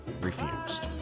refused